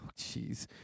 jeez